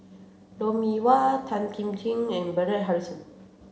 Lou Mee Wah Tan Kim Ching and Bernard Harrison